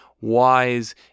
Wise